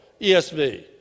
ESV